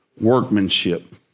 workmanship